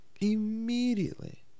Immediately